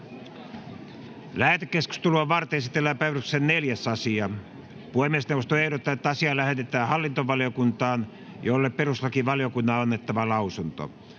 Lähetekeskustelua varten esitellään päiväjärjestyksen 4. asia. Puhemiesneuvosto ehdottaa, että asia lähetetään hallintovaliokuntaan, jolle perustuslakivaliokunnan on annettava lausunto.